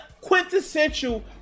quintessential